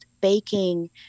baking